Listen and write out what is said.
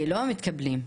לא המתקבלים,